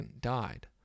died